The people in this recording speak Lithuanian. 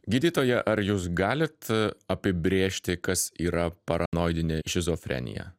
gydytoja ar jūs galit apibrėžti kas yra paranoidinė šizofrenija